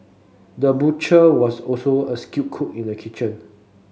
the butcher was also a skilled cook in the kitchen